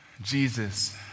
Jesus